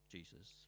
Jesus